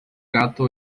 gato